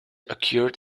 occurred